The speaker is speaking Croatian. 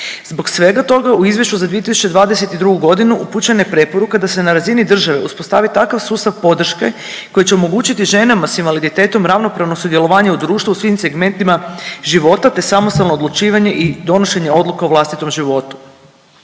Zbog svega toga u Izvješću za 2022. godinu upućena je preporuka da se na razini države uspostavi takav sustav podrške koji će omogućiti ženama sa invaliditetom ravnopravno sudjelovanje u društvu u svim segmentima života, te samostalno odlučivanje i donošenje odluka o vlastitom životu.